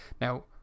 Now